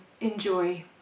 enjoy